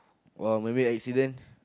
or maybe accidents